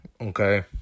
okay